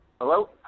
Hello